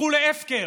הפכו להפקר.